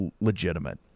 legitimate